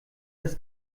unser